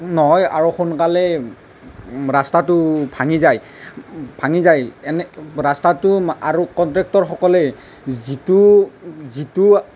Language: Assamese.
নহয় আৰু সোনকালে ৰাস্তাটো ভাঙি যায় ভাঙি যায় এনে ৰাস্তাটো আৰু কনট্ৰেক্টৰসকলে যিটো যিটো